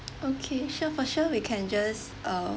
okay sure for sure we can just uh